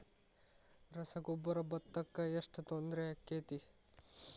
ರಸಗೊಬ್ಬರ, ಭತ್ತಕ್ಕ ಎಷ್ಟ ತೊಂದರೆ ಆಕ್ಕೆತಿ?